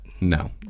no